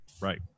Right